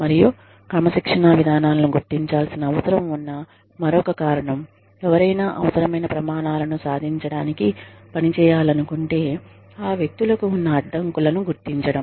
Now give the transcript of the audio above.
మరియు క్రమశిక్షణా విధానాలను గుర్తించాల్సిన అవసరం ఉన్న మరొక కారణం ఎవరైనా అవసరమైన ప్రమాణాలను సాధించడానికి పని చేయాలనుకుంటే ఆ వ్యక్తులకు ఉన్న అడ్డంకులను గుర్తించడం